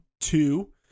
Two